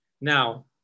Now